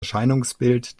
erscheinungsbild